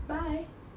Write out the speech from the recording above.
bye